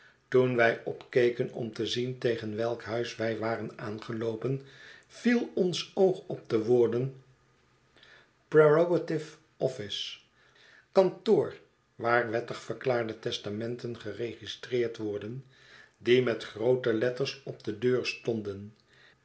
toen wij opkeken om te zien tegen welk huis wij waren aangeloopen viel ons oog op de woorden p r e r ogative office kantoor waar wettig verklaarde testamenten geregistreerd worden die met groote letters op de deur stonden